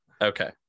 okay